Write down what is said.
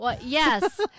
Yes